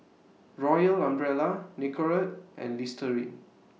Royal Umbrella Nicorette and Listerine